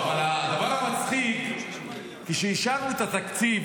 לא, אבל הדבר המצחיק, כשאישרנו את התקציב